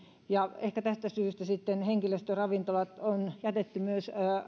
ja ehkä tästä syystä sitten henkilöstöravintolat on jätetty myös